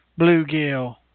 bluegill